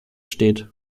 steht